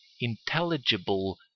intelligible